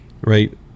right